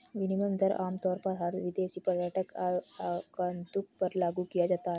विनिमय दर आमतौर पर हर विदेशी पर्यटक या आगन्तुक पर लागू किया जाता है